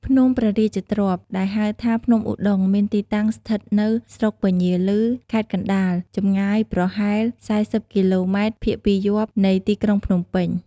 ភ្នំព្រះរាជទ្រព្យ ដែលហៅថា ភ្នំឧត្តុង្គ មានទីតាំង ស្ថិតនៅស្រុកពញាឮ ខេត្តកណ្ដាល ចម្ងាយប្រហែល ៤០ គីឡូម៉ែត្រភាគពាយព្យនៃទីក្រុងភ្នំពេញ។